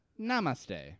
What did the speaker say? Namaste